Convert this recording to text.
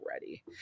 ready